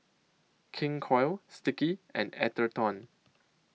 King Koil Sticky and Atherton